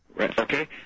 Okay